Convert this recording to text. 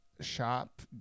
Shop